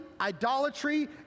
idolatry